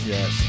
Yes